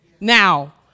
now